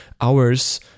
hours